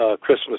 Christmas